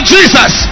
Jesus